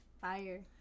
fire